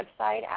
website